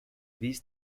these